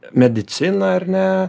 mediciną ar ne